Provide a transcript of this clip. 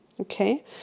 okay